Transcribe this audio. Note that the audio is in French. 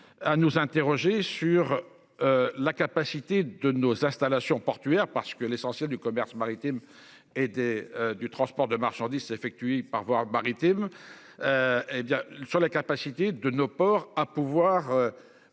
à nous interroger sur. La capacité de nos installations portuaires parce que l'essentiel du commerce maritime et des du transport de marchandises, effectué par voir maritime. Et bien sûr la capacité de nos ports à pouvoir.